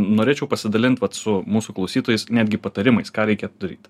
norėčiau pasidalint vat su mūsų klausytojais netgi patarimais ką reikėtų daryt